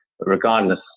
regardless